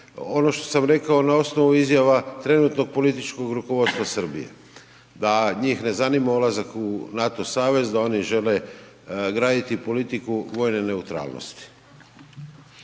ono što sa rekao na osnovu izjava trenutnog političkog rukovodstva Srbije. Da njih ne zanima ulazak u NATO savez, da oni žele graditi politiku vojne neutralnosti.